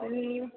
ನೀವು